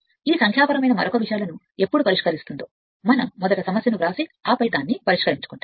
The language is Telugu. ఈ సంఖ్యాపరమైన మరొక విషయాలను ఎప్పుడు పరిష్కరిస్తుందో మనం మొదట సమస్యను వ్రాసి ఆపై దాన్ని పరిష్కరించుకుంటాము